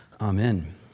Amen